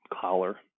collar